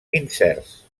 incerts